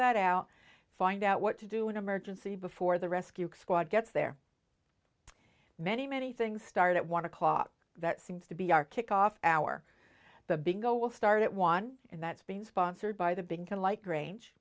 that out find out what to do in emergency before the rescue squad gets there many many things start at one o'clock that seems to be our kickoff our the bingo will start at one and that's been sponsored by the bin can like range